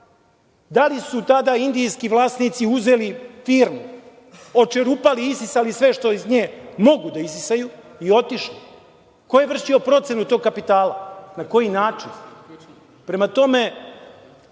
Da li su tada indijski vlasnici uzeli firmu, očerupali, isisali sve što je iz nje mogu da isisaju i otišli? Ko je vršio procenu tog kapitala? Na koji način? Prema tome,